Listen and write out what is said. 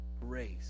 grace